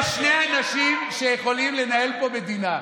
יש שני אנשים שיכולים לנהל פה מדינה: